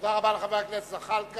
תודה רבה לחבר הכנסת זחאלקה.